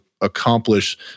accomplish